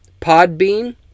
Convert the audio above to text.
Podbean